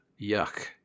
yuck